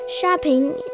shopping